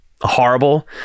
horrible